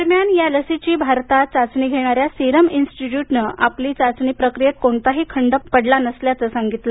दरम्यान या लसीची भारतात चाचणी घेणाऱ्या सिरम इन्स्टीट्यूटनं आपल्या चाचणी प्रक्रियेत कोणताही खंड पडला नसल्याचं सांगितलं